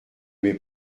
mes